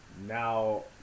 now